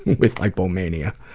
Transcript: with hypo mania.